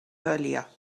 earlier